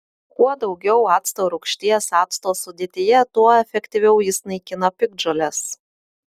kuo daugiau acto rūgšties acto sudėtyje tuo efektyviau jis naikina piktžoles